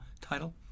title